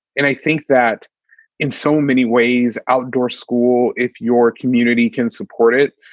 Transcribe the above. and i think that in so many ways, outdoor school, if your community can support it,